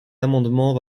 amendement